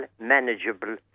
manageable